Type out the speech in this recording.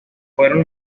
fueron